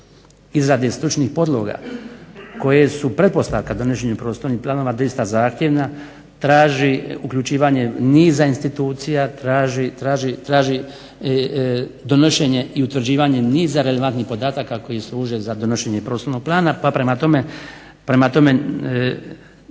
izrade stručnih podloga koje su pretpostavka donošenju prostornih planova doista zahtjevna. Traži uključivanje niza institucija, traži donošenje i utvrđivanje niza relevantnih podataka koji služe za donošenje prostornog plana. Pa prema tome